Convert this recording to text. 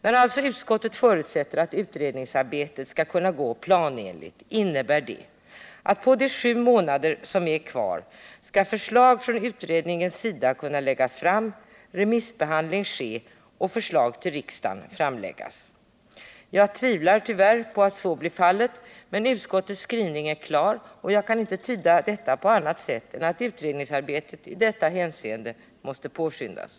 När alltså utskottet förutsätter att utredningsarbetet skall kunna gå planenligt innebär det att på de sju månader som är kvar skall förslag från utredningens sida kunna läggas fram, remissbehandling ske och förslag till riksdagen framläggas. Jag tvivlar tyvärr på att så blir fallet, men utskottets skrivning är klar, och jag kan inte tyda detta på annat sätt än att utredningsarbetet i detta avseende måste påskyndas.